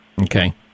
Okay